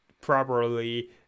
properly